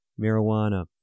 marijuana